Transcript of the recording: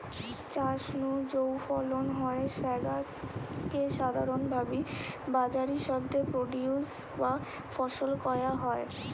চাষ নু যৌ ফলন হয় স্যাগা কে সাধারণভাবি বাজারি শব্দে প্রোডিউস বা ফসল কয়া হয়